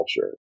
culture